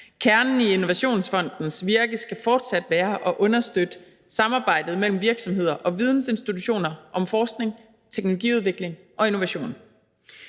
Kernen i Innovationsfondens virke skal fortsat være at understøtte samarbejdet mellem virksomheder og vidensinstitutioner om forskning, teknologiudvikling og innovation.